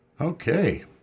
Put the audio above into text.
Okay